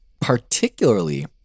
particularly